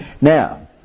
Now